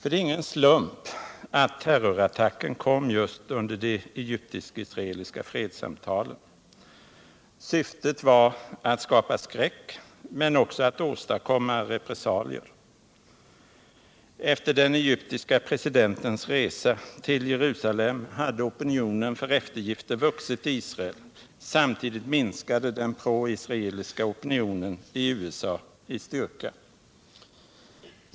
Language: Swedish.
Det är ingen slump att terrorattacken kom just under de egyptisk-israeliska fredssamtalen. Syftet var att skapa skräck — men också att åstadkomma repressalier. Efter den egyptiske presidentens resa till Jerusalem hade opinionen för eftergifter vuxit i Israel. Samtidigt minskade den proisraeliska opinionen i USA i styrka.